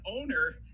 owner